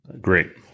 Great